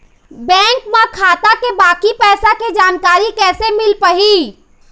Bank म खाता के बाकी पैसा के जानकारी कैसे मिल पाही?